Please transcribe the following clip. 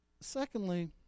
secondly